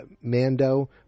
Mando